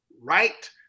Right